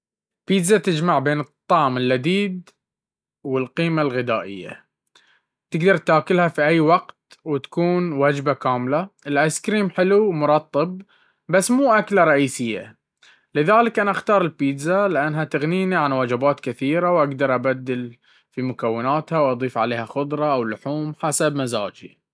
البيتزا تجمع بين الطعم اللذيذ والقيمة الغذائية، تقدر تأكلها في أي وقت وتكون وجبة كاملة. الآيس كريم حلو ومرطّب، بس مو أكلة رئيسية. لذلك، أنا أختار البيتزا، لأنها تغنيني عن وجبات كثيرة، وأقدر أبدل في مكوناتها وأضيف عليها خضار أو لحوم حسب مزاجي.